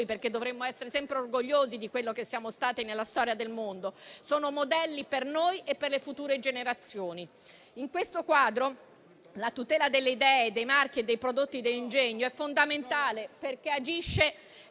perché dovremmo essere sempre orgogliosi di quello che siamo stati nella storia del mondo. Sono modelli per noi e per le future generazioni. In questo quadro la tutela delle idee, dei marchi e dei prodotti dell'ingegno è fondamentale perché agisce